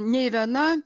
nei viena